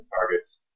targets